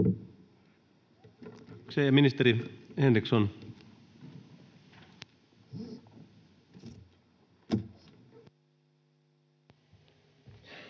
Ministeri Henriksson.